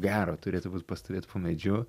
gero turėtų būt pastovėt po medžiu